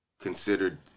considered